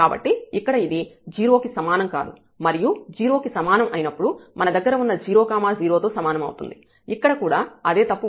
కాబట్టి ఇక్కడ ఇది 0 కి సమానం కాదు మరియు 0 కి సమానం అయినప్పుడు మన దగ్గర వున్న0 0 తో సమానం అవుతుంది ఇక్కడ కూడా అదే తప్పు వుంది